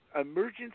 emergency